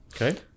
Okay